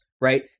Right